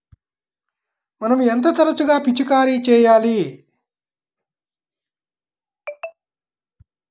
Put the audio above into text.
మనం ఎంత తరచుగా పిచికారీ చేయాలి?